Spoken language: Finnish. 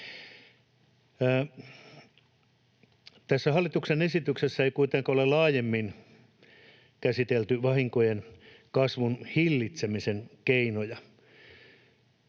Tässä hallituksen esityksessä ei kuitenkaan ole laajemmin käsitelty vahinkojen kasvun hillitsemisen keinoja.